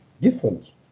different